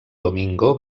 domingo